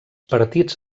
partits